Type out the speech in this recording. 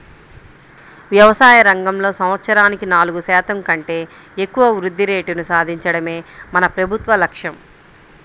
వ్యవసాయ రంగంలో సంవత్సరానికి నాలుగు శాతం కంటే ఎక్కువ వృద్ధి రేటును సాధించడమే మన ప్రభుత్వ లక్ష్యం